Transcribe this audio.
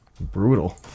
Brutal